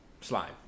Slime